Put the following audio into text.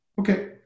Okay